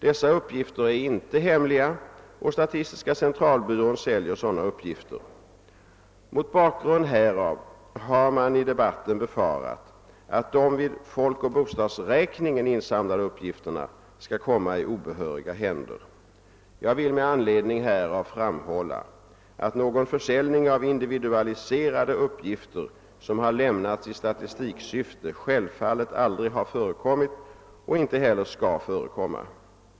Dessa uppgifter är inte hemliga, och statistiska centralbyrån säljer sådana uppgifter. Mot bakgrund härav har man i debatten befarat att de vid folkoch bostadsräkningen insamlade uppgifterna skall komma i obehöriga händer. Jag vill med anledning härav framhålla att någon försäljning av individualiserade uppgifter, som har lämnats i statistiksyfte, självfallet aldrig har förekommit och inte heller skall förekomma.